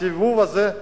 הסיבוב הזה,